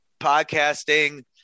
podcasting